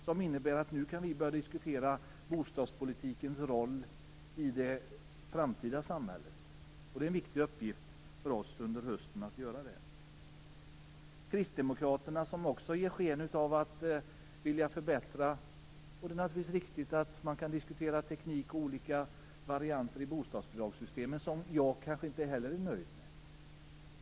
Det innebär att vi nu kan börja diskutera bostadspolitikens roll i det framtida samhället, och det är en viktig uppgift för oss att göra det under hösten. Kristdemokraterna ger också sken av att vilja förbättra. Man kan naturligtvis diskutera teknik och olika varianter i bostadsbidragssystemet, som jag kanske inte heller är nöjd med.